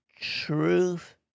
truth